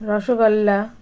rasgulla